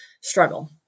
struggle